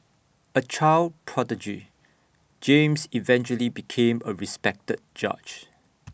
A child prodigy James eventually became A respected judge